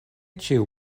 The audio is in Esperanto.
ĉiu